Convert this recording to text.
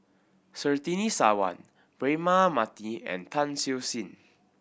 Surtini Sarwan Braema Mathi and Tan Siew Sin